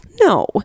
no